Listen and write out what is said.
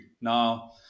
now